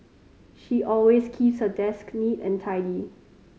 she always keeps her desk neat and tidy